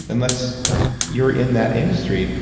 unless you're in that industry,